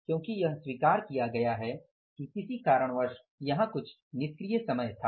क्योंकि यह स्वीकार किया गया है कि किसी कारणवश यहाँ कुछ निष्क्रिय समय था